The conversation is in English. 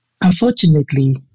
unfortunately